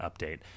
update